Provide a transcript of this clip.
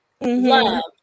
Love